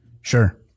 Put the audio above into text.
Sure